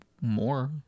more